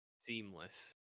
seamless